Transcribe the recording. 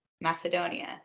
Macedonia